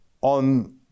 on